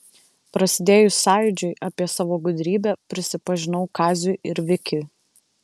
prasidėjus sąjūdžiui apie savo gudrybę prisipažinau kaziui ir vikiui